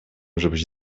żebyś